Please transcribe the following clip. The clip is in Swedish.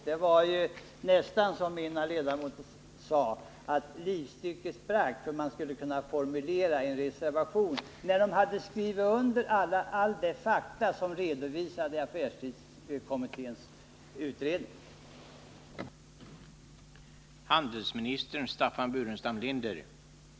Det var nästan så — som en ledamot sade — att livstycket sprack vid ansträngningarna att formulera en reservation efter det att de hade skrivit under på alla de fakta som redovisades i affärstidskommitténs utredning.